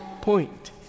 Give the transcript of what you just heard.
point